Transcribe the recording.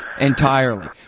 entirely